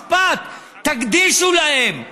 משפט, תקדישו להם.